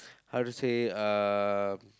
how to say uh